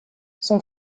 son